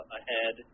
ahead